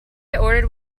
ordered